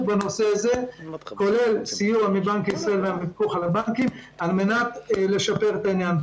בנושא הזה כולל סיוע מבנק ישראל ומהפיקוח על הבנקים כדי לשפר את העניין.